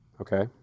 Okay